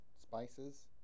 spices